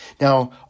Now